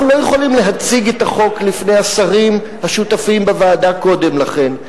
אנחנו לא יכולים להציג את החוק לפני השרים השותפים בוועדה קודם לכן.